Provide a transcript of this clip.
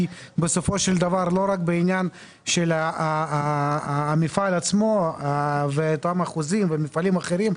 בסופו של דבר לא רק בעניין של המפעל עצמו ותמ"א חוזית ומפעלים אחרים,